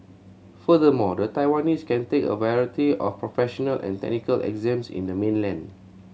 furthermore the Taiwanese can take a variety of professional and technical exams in the mainland